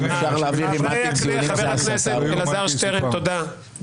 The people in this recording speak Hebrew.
אנחנו עכשיו בהתאם לסדרי הדיון שהודעתי עליהם בתחילת הדיון נאפשר לחברי